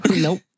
nope